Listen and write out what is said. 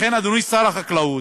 לכן, אדוני שר החקלאות,